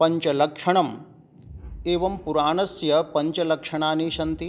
पञ्चलक्षणम् एवं पुराणस्य पञ्चलक्षणानि सन्ति